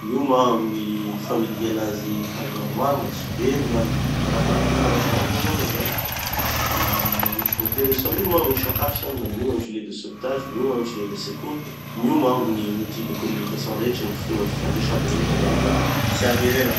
mioma aho amy gny familia anazy hazo maromaro mba tsy ho very na m-, arakaraky gny karaza sambo igny avao aloha zany. Ah misy voatery, fa mioma aho amy gny sakafo da mioma amy gny gilets de sauvetage, mioma amy gilets de secours, mioma aho amy gny outils de communication rehetra, gny fitova fifandresa aby rehetra zany mba tsy hahavery anaha.